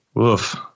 Oof